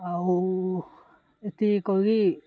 ଆଉ ଏତିକ କହିକି